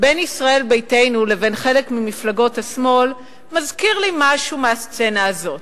בין ישראל ביתנו לבין חלק ממפלגות השמאל מזכיר לי משהו מהסצנה הזאת,